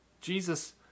Jesus